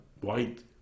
white